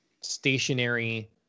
stationary